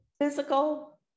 physical